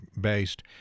based